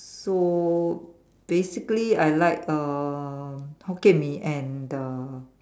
so basically I like uh Hokkien Mee and the